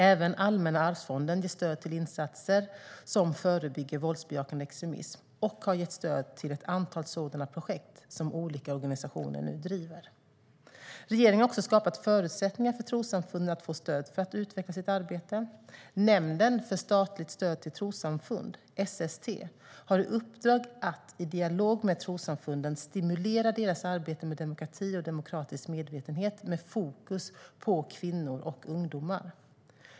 Även Allmänna arvsfonden ger stöd till insatser som förebygger våldsbejakande extremism och har gett stöd till ett antal sådana projekt som olika organisationer nu driver. Regeringen har också skapat förutsättningar för trossamfunden att få stöd för att utveckla sitt arbete. Nämnden för statligt stöd till trossamfund, SST, har i uppdrag att i dialog med trossamfunden stimulera deras arbete med demokrati och demokratisk medvetenhet med fokus på kvinnor och ungdomar.